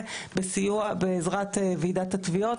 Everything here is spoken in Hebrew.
בעזרת ועידת התביעות.